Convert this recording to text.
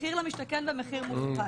מחיר למשתכן ומחיר מופרט: